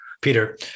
Peter